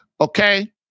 okay